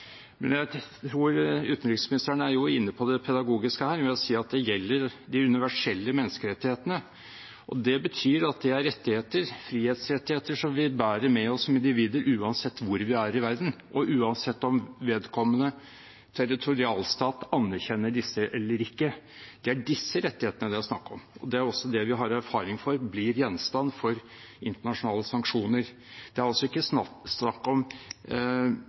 Utenriksministeren er inne på det pedagogiske her ved å si at det gjelder de universelle menneskerettighetene. Det betyr at de er rettigheter, frihetsrettigheter, som vi bærer med oss som individer uansett hvor vi er i verden, og uansett om vedkommende territorialstat anerkjenner disse eller ikke. Det er disse rettighetene det er snakk om, og det er også det vi har erfaring for blir gjenstand for internasjonale sanksjoner. Det er altså ikke snakk om